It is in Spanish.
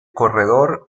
corredor